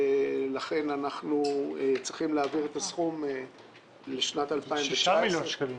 לכן אנחנו צריכים להעביר את הסכום לשנת 2019. 6 מיליון שקלים.